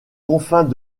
confins